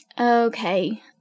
Okay